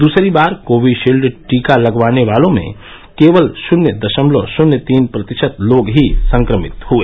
दूसरी बार कोविशील्ड टीका लगवाने वालों में केवल शून्य दशमलव शून्य तीन प्रतिशत लोग ही संक्रमित हुए